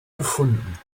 gefunden